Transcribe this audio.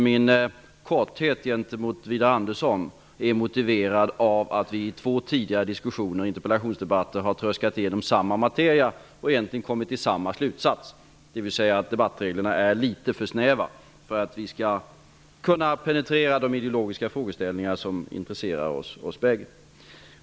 Min korthet gentemot Widar Andersson är motiverad av att vi i två tidigare interpellationsdebatter har tröskat igenom samma materia och egentligen kommit till samma slutsats, dvs. att debattreglerna är litet för snäva för att vi skall kunna penetrera de ideologiska frågeställningar som intresserar oss bägge.